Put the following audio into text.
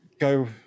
go